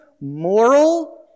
moral